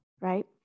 right